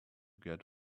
get